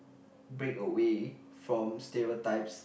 break away from stereotypes